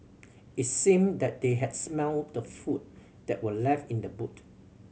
it seemed that they had smelt the food that were left in the boot